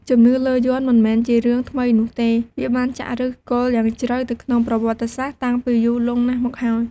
ជំនឿលើយ័ន្តមិនមែនជារឿងថ្មីនោះទេ វាបានចាក់ឫសគល់យ៉ាងជ្រៅនៅក្នុងប្រវត្តិសាស្ត្រតាំងពីយូរលង់ណាស់មកហើយ។